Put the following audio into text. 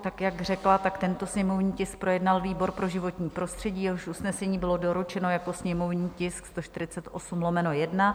Jak řekla, tento sněmovní tisk projednal výbor pro životní prostředí, jehož usnesení bylo doručeno jako sněmovní tisk 148/1.